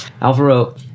Alvaro